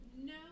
No